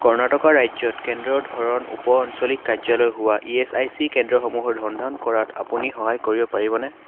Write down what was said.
কৰ্ণাটকা ৰাজ্যত কেন্দ্ৰৰ ধৰণ উপ আঞ্চলিক কাৰ্যালয় হোৱা ইএচআইচি কেন্দ্ৰসমূহৰ সন্ধান কৰাত আপুনি সহায় কৰিব পাৰিবনে